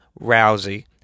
Rousey